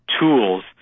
tools